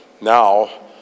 Now